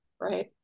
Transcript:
right